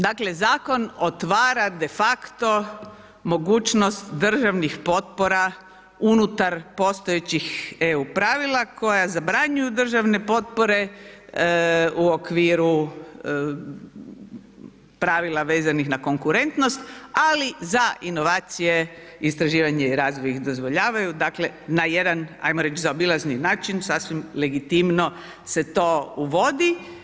Dakle zakon otvara de facto mogućnost državnih potpora unutar postojećih EU pravila koja zabranjuju državne potpore u okviru pravila vezanih na konkurentnost ali za inovacije istraživanje i razvoj ih dozvoljavaju dakle, na jedan, ajmo reći, zaobilazni način sasvim legitimno se to uvodi.